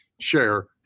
share